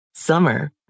Summer